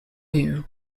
you